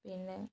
പിന്നെ